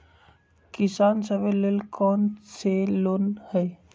किसान सवे लेल कौन कौन से लोने हई?